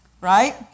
Right